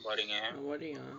boring ah